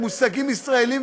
במושגים ישראליים,